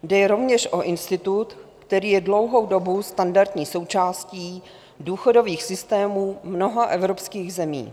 Jde rovněž o institut, který je dlouhou dobu standardní součástí důchodových systémů mnoha evropských zemí.